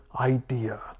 idea